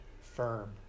firm